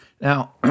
Now